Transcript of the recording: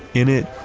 in it,